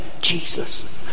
Jesus